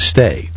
Stay